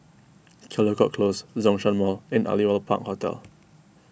Caldecott Close Zhongshan Mall and Aliwal Park Hotel